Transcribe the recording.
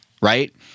Right